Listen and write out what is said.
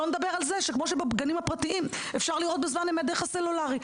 שלא נדבר על זה שכמו שבגנים הפרטיים אפשר לראות בזמן אמת דרך הסלולרי.